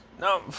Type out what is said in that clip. No